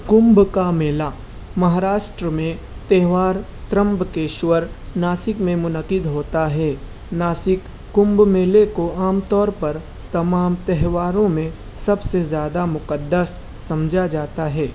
کمبھ کا میلہ مہاراشٹرا میں تہوار ترمبکیشور ناسِک میں منعقد ہوتا ہے ناسِک کمبھ میلے کو عام طور پر تمام تہواروں میں سب سے زیادہ مقدس سمجھا جاتا ہے